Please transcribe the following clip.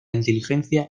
inteligencia